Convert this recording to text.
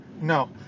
no